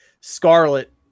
Scarlet